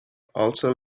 also